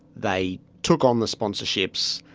they took on the sponsorships,